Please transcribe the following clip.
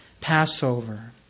Passover